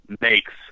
makes